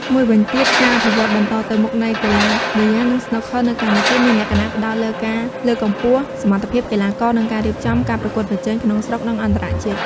មួយវិញទៀតការអភិវឌ្ឍន៍បន្តទៅមុខនៃកីឡាប៊ីយ៉ានិងស្នូកឃ័រនៅកម្ពុជាមានលក្ខណៈផ្តោតលើការលើកកម្ពស់សមត្ថភាពកីឡាករ និងការរៀបចំការប្រកួតប្រជែងក្នុងស្រុក និងអន្តរជាតិ។